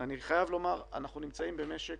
אני חייב לומר, אנחנו נמצאים במשק